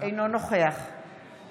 אינו נוכח לימור